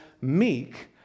meek